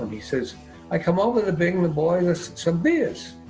he says i come over to bring the boys some beers.